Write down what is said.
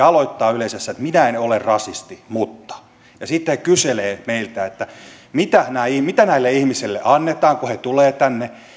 aloittavat yleensä että minä en ole rasisti mutta ja sitten kyselevät meiltä että mitä näille ihmisille annetaan kun he tulevat tänne